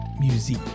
music